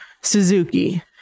Suzuki